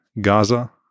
Gaza